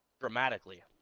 dramatically